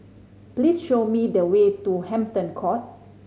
please show me the way to Hampton Court